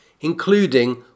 including